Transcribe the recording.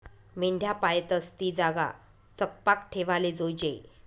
मेंढ्या पायतस ती जागा चकपाक ठेवाले जोयजे